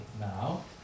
now